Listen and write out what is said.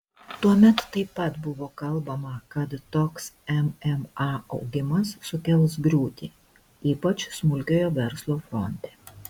tuomet taip pat buvo kalbama kad toks mma augimas sukels griūtį ypač smulkiojo verslo fronte